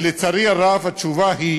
לצערי הרב, התשובה היא